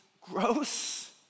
gross